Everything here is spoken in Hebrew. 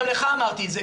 גם לך אמרתי את זה,